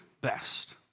best